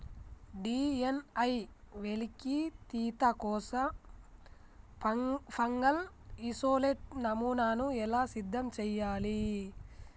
DNA వెలికితీత కోసం fungal isolate నమూనాను ఎలా సిద్ధం చెయ్యాలి?